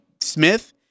smith